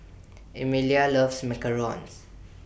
Emilia loves Macarons